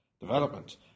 development